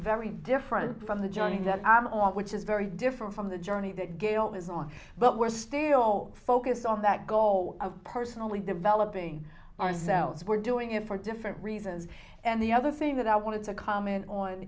very different from the joining that i'm on which is very different from the journey that gail was wrong but we're still focused on that goal of personally developing ourselves we're doing it for different reasons and the other thing that i want to comment on